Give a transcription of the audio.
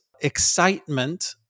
excitement